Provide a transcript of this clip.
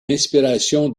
inspiration